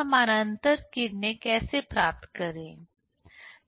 तो समानांतर किरणें कैसे प्राप्त करें